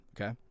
okay